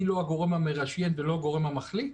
אני לא הגורם המרשיין ולא הגורם המחליט,